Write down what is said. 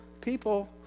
people